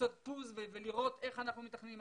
לעשות הפסקה ולראות איך אנחנו מתכננים.